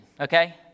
okay